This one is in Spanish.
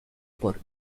por